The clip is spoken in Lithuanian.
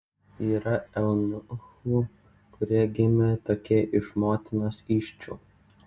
yra eunuchų kurie gimė tokie iš motinos įsčių